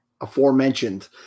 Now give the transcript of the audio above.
aforementioned